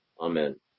Amen